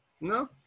No